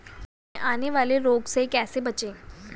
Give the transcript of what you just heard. पौधों में आने वाले रोग से कैसे बचें?